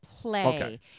play